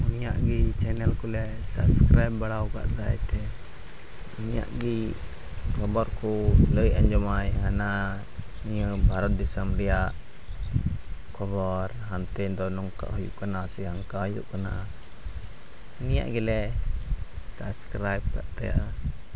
ᱩᱱᱤᱭᱟᱜ ᱜᱮ ᱪᱮᱱᱮᱞ ᱠᱚᱞᱮ ᱥᱟᱵᱥᱠᱨᱟᱭᱤᱵᱽ ᱵᱟᱲᱟ ᱠᱟᱜ ᱛᱟᱭ ᱛᱮ ᱩᱱᱤᱭᱟᱜ ᱜᱮ ᱠᱷᱚᱵᱚᱨ ᱠᱚ ᱞᱟᱹᱭ ᱟᱸᱡᱚᱢᱟᱭ ᱦᱟᱱᱟ ᱱᱤᱭᱟᱹ ᱵᱷᱟᱨᱚᱛ ᱫᱤᱥᱚᱢ ᱨᱮᱭᱟᱜ ᱠᱷᱚᱵᱚᱨ ᱛᱤᱦᱤᱧ ᱫᱚ ᱱᱚᱝᱠᱟ ᱦᱩᱭᱩᱜ ᱠᱟᱱᱟ ᱥᱮ ᱦᱟᱱᱠᱟ ᱦᱩᱭᱩᱜ ᱠᱟᱱᱟ ᱩᱱᱤᱭᱟᱜ ᱜᱮᱞᱮ ᱥᱟᱵᱥᱠᱨᱟᱭᱤᱵᱽ ᱠᱟᱜ ᱛᱟᱭᱟ